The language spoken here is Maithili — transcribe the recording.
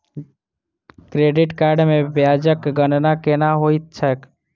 क्रेडिट कार्ड मे ब्याजक गणना केना होइत छैक